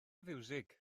fiwsig